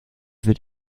wird